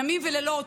ימים ולילות,